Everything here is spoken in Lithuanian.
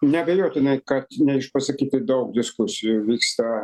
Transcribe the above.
neabejotinai kad neišpasakytai daug diskusijų vyksta